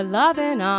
loving